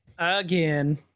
Again